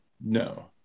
No